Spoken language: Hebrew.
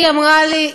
היא אמרה לי,